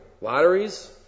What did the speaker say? lotteries